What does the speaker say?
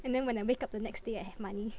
and then when I wake up the next day I have money